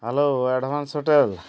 hello advance hotel